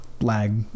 lag